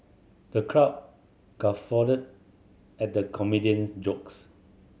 the crowd guffawed at the comedian's jokes